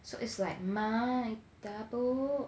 so it's like my double